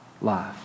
life